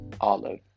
Olive